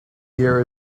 year